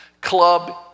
club